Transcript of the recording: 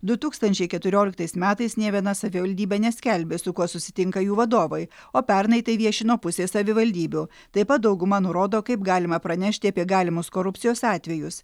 du tūkstančiai keturioliktais metais nė viena savivaldybė neskelbė su kuo susitinka jų vadovai o pernai tai viešino pusė savivaldybių taip pat dauguma nurodo kaip galima pranešti apie galimus korupcijos atvejus